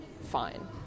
fine